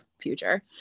future